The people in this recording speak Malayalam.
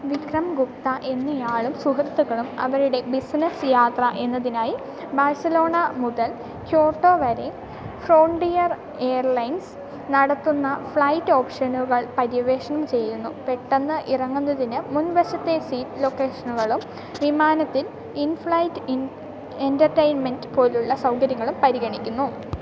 വിക്രം ഗുപ്ത എന്ന ആളും സുഹൃത്തുക്കളും അവരുടെ ബിസിനസ് യാത്ര എന്നതിനായി ബാർസലോണ മുതൽ ക്യോട്ടോ വരെ ഫ്രോണ്ടിയർ എയർലൈൻസ് നടത്തുന്ന ഫ്ലൈറ്റ് ഓപ്ഷനുകൾ പര്യവേഷണം ചെയ്യുന്നു പെട്ടെന്ന് ഇറങ്ങുന്നതിന് മുൻവശത്തെ സീറ്റ് ലൊക്കേഷനുകളും വിമാനത്തിൽ ഇൻഫ്ലൈറ്റ് ഇൻ എൻറ്റെർറ്റൈമെൻറ്റ് പോലുള്ള സൗകര്യങ്ങളും പരിഗണിക്കുന്നു